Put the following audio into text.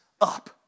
up